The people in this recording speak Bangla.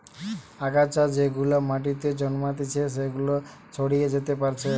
আগাছা যেগুলা মাটিতে জন্মাতিচে সেগুলা ছড়িয়ে যেতে পারছে